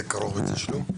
זה כרוך בתשלום?